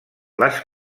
les